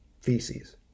feces